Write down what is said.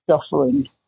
suffering